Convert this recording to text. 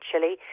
chili